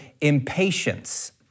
impatience